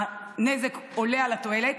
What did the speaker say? הנזק עולה על התועלת.